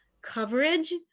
coverage